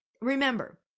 Remember